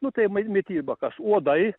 nu tai mityba kas uodai